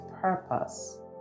purpose